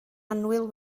annwyl